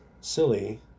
silly